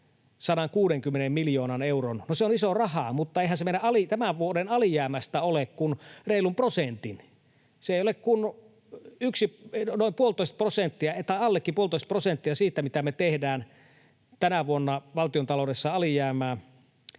160 miljoonan euron ongelma? No, se on iso raha, mutta eihän se tämän vuoden alijäämästä ole kuin reilun prosentin. Se ei ole kuin noin puolitoista prosenttia tai allekin puolitoista prosenttia siitä, mitä me tehdään tänä vuonna valtiontaloudessa alijäämää.